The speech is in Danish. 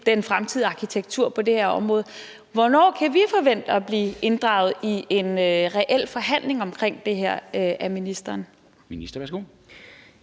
den fremtidige arkitektur på det her område, men hvornår kan vi forvente at blive inddraget i en reel forhandling omkring det her af ministeren? Kl.